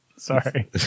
Sorry